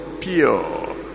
pure